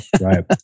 Right